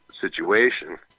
situation